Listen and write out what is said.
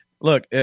Look